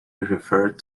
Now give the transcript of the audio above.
referred